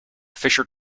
fisher